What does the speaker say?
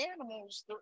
animals